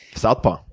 southpaw.